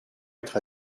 être